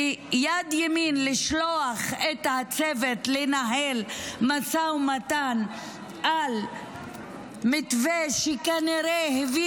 ביד ימין לשלוח את הצוות לנהל משא ומתן על מתווה שכנראה הביא